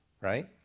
right